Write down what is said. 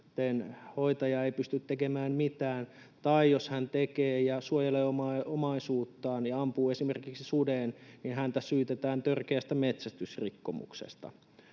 hoitaja ei pysty tekemään mitään, tai jos hän tekee ja suojelee omaa omaisuuttaan ja ampuu esimerkiksi suden, niin häntä syytetään törkeästä metsästysrikkomuksesta.